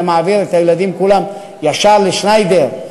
מעביר את הילדים כולם ישר לבית-חולים שניידר,